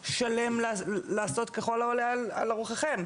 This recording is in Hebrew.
מנדט שלם לעשות ככול העולה על רוחכם,